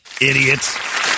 Idiots